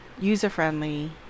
user-friendly